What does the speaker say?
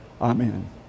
Amen